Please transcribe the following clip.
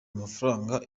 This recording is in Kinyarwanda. amafaranga